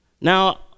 Now